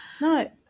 No